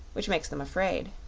which makes them afraid.